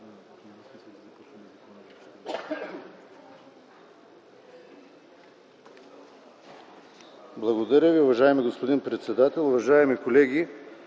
Благодаря Ви, уважаеми господин председател. Уважаеми колеги,